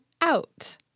out